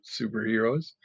superheroes